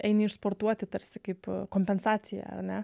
eini išsportuoti tarsi kaip kompensaciją ane